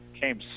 came